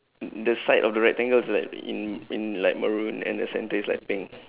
the side of the rectangle is like in in like maroon and the centre is like pink